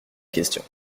questions